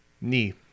knee